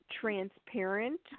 transparent